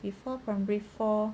before primary four